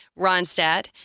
Ronstadt